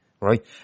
right